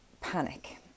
panic